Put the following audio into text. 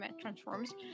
transforms